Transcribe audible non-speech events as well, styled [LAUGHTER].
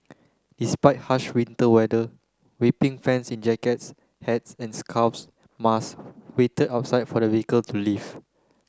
despite harsh winter weather weeping fans in jackets hats and scarves [UNINTELLIGIBLE] wait outside for the vehicle to leave